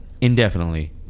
Indefinitely